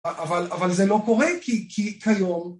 אבל זה לא קורה כי... כי כיום